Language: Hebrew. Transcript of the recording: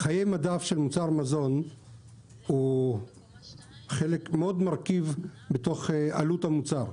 חיי מדף של מוצר מזון הוא מרכיב בעלות המוצר.